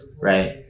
right